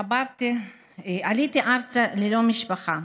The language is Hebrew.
עליתי ארצה ללא משפחה